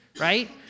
right